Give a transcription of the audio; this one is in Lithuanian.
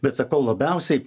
bet sakau labiausiai